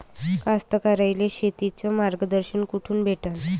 कास्तकाराइले शेतीचं मार्गदर्शन कुठून भेटन?